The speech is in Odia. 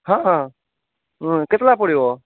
ହଁ କେତେ ଲେଖା ପଡ଼ିବ